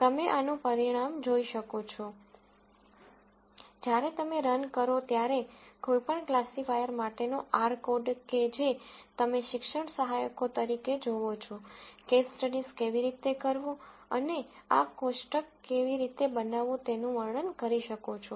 તમે આનું પરિણામ જોઇ શકો છો જ્યારે તમે રન કરો ત્યારે કોઈપણ ક્લાસિફાયર માટેનો r કોડ કે જે તમે શિક્ષણ સહાયકો તરીકે જોવો છો કેસ સ્ટડીઝ કેવી રીતે કરવું અને આ કોષ્ટક કેવી રીતે બનાવવું તેનું વર્ણન કરી શકો છો